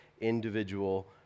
individual